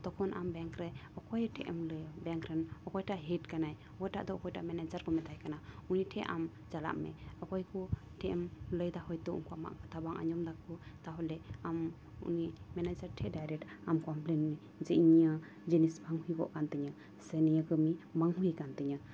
ᱛᱚᱠᱷᱚᱱ ᱟᱢ ᱵᱮᱝᱠ ᱨᱮ ᱚᱠᱚᱭ ᱴᱷᱮᱡ ᱮᱢ ᱞᱟᱹᱭᱟ ᱵᱮᱝᱠ ᱨᱮᱱ ᱚᱠᱭᱴᱟᱜ ᱫᱚ ᱦᱮᱰ ᱠᱟᱱᱟᱭ ᱚᱠᱟᱭᱴᱟᱜ ᱫᱚ ᱚᱠᱚᱭᱴᱟᱜ ᱢᱮᱱᱮᱡᱟᱨ ᱠᱚ ᱢᱮᱛᱟᱭ ᱠᱟᱱᱟ ᱩᱱᱤ ᱴᱷᱮᱱ ᱟᱢ ᱪᱟᱞᱟᱜᱢᱮ ᱚᱠᱚᱭ ᱠᱚ ᱴᱷᱮᱡ ᱮᱢ ᱞᱟᱹᱭᱫᱟ ᱦᱳᱭ ᱛᱚ ᱟᱢᱟᱜ ᱠᱟᱛᱷᱟ ᱵᱟᱝ ᱠᱚ ᱟᱡᱚᱢ ᱫᱟᱠᱚ ᱛᱟᱦᱚᱞᱮ ᱟᱢ ᱩᱱᱤ ᱢᱮᱱᱮᱡᱟᱨ ᱴᱷᱮᱡ ᱰᱟᱭᱨᱮᱴ ᱟᱢ ᱯᱷᱳᱱ ᱢᱮ ᱡᱮ ᱤᱧ ᱱᱤᱭᱟᱹ ᱡᱤᱱᱤᱥ ᱵᱟᱝ ᱦᱩᱭᱩᱜᱚᱜ ᱠᱟᱱ ᱛᱤᱧᱟᱹ ᱥᱮ ᱱᱤᱭᱟᱹ ᱠᱟᱹᱢᱤ ᱵᱟᱝ ᱦᱩᱭ ᱠᱟᱱ ᱛᱤᱧᱟᱹ